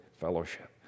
fellowship